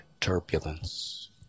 turbulence